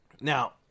Now